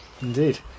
indeed